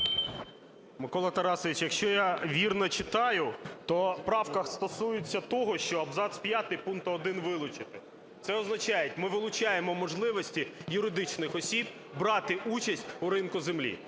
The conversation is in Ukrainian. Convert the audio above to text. Микола Тарасович, якщо я вірно читаю, то правка стосується того, що абзац 5 пункту 1 вилучити. Це означає: ми вилучаємо можливості юридичних осіб брати участь у ринку землі.